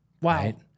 Wow